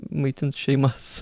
maitint šeimas